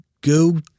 go